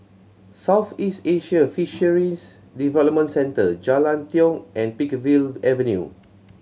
Southeast Asian Fisheries Development Centre Jalan Tiong and Peakville Avenue